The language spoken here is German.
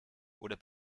oder